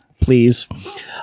please